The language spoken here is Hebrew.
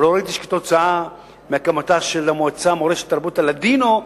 ולא ראיתי שכתוצאה מהקמתה של המועצה למורשת תרבות הלדינו,